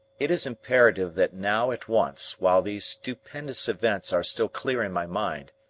it is imperative that now at once, while these stupendous events are still clear in my mind,